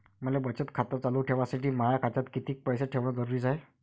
मले बचत खातं चालू ठेवासाठी माया खात्यात कितीक पैसे ठेवण जरुरीच हाय?